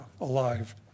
alive